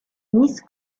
miss